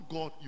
God